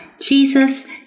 Jesus